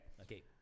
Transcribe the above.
Okay